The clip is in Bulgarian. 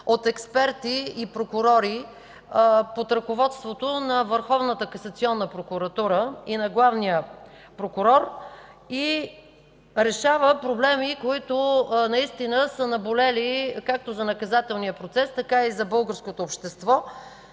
от експерти и прокурори под ръководството на Върховната касационна прокуратура и на главния прокурор и решава проблеми, които наистина са наболели както за наказателния процес, така и за българското общество.